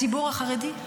הציבור החרדי.